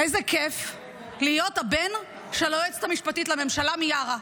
איזה כיף להיות הבן של היועצת המשפטית לממשלה מיארה.